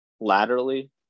laterally